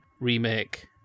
remake